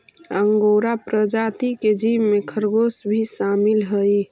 angora प्रजाति के जीव में खरगोश भी शामिल हई